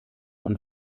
und